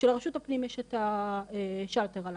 ולרשות האוכלוסין יש את השלטר עליו.